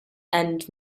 and